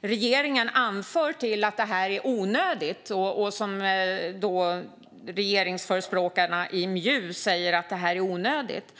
Regeringen och regeringsförespråkarna i MJU säger att det här är onödigt.